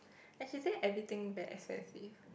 and she said everything very expensive